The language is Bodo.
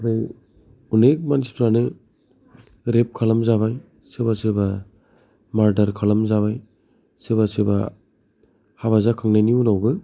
ओमफ्राय अनेख मानसिफ्रानो रेफ खालामजाबाय सोरबा सोरबा मारदार खालामजाबाय सोरबा सोरबा हाबा जाखांनायनि उनावबो